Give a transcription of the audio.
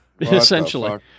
Essentially